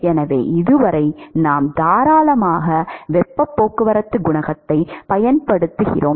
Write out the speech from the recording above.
எனவே இதுவரை நாம் தாராளமாக வெப்பப் போக்குவரத்துக் குணகத்தைப் பயன்படுத்துகிறோம்